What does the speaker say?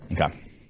Okay